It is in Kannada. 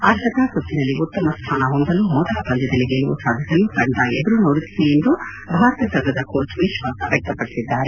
ಅರ್ಹತಾ ಸುತ್ತಿನಲ್ಲಿ ಉತ್ತಮ ಸ್ನಾನ ಹೊಂದಲು ಮೊದಲ ಪಂದ್ನದಲ್ಲಿ ಗೆಲುವು ಸಾಧಿಸಲು ತಂಡ ಎದುರು ಸೋಡುತ್ತಿದೆ ಎಂದು ಭಾರತ ತಂಡದ ಕೋಚ್ ವಿಶ್ವಾಸ ವ್ಯಕ್ತಪಡಿಸಿದ್ದಾರೆ